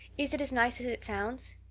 is it as nice as it sounds?